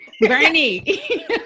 Bernie